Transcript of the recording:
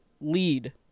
lead